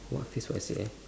what phrase do I say ah